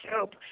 soap